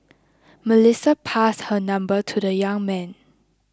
Melissa passed her number to the young man